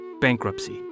Bankruptcy